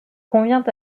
convient